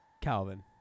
Calvin